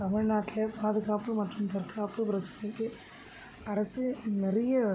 தமிழ்நாட்டில் பாதுகாப்பு மற்றும் தற்காப்பு பிரச்சனைக்கு அரசு நிறைய